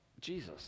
Jesus